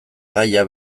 gaia